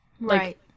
right